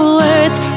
words